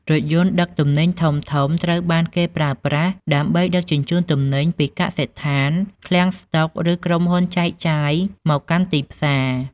រថយន្តដឹកទំនិញធំៗត្រូវបានគេប្រើប្រាស់ដើម្បីដឹកជញ្ជូនទំនិញពីកសិដ្ឋាន ឃ្លាំងស្តុក ឬក្រុមហ៊ុនចែកចាយមកកាន់ទីផ្សារ។